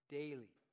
daily